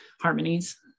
harmonies